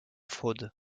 fraude